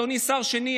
אדוני השר השני,